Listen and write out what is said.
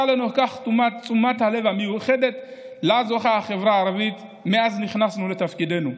לנוכח תשומת הלב המיוחדת שלה זוכה החברה הערבית מאז נכנסנו לתפקידנו.